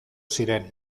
ziren